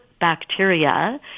bacteria